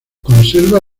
conserva